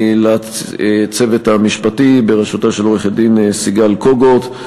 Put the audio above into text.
לצוות המשפטי בראשותה של עורכת-הדין סיגל קוגוט,